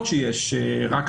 הסיבות שישנן, שרק